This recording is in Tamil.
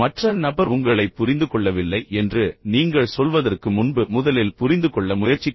மற்ற நபர் உங்களைப் புரிந்து கொள்ளவில்லை என்று நீங்கள் சொல்வதற்கு முன்பு முதலில் புரிந்து கொள்ள முயற்சிக்கவும்